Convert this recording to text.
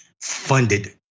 funded